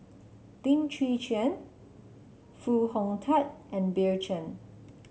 Lim Chwee Chian Foo Hong Tatt and Bill Chen